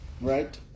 right